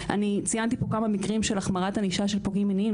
ציינתי פה כמה מקרים של החמרת ענישה של פוגעים מיניים,